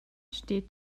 steht